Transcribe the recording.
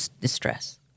distress